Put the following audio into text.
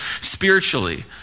spiritually